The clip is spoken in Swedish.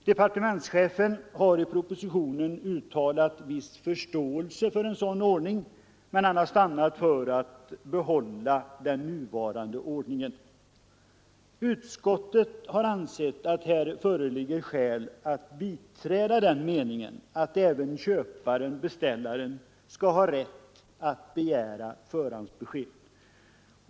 Departementschefen har i propositionen uttalat viss förståelse för en sådan ordning, men han har stannat för att behålla den nuvarande ordningen. Utskottet har ansett att här föreligger skäl att biträda den meningen att även köparen — beställaren — skall ha rätt att begära förhandsbesked.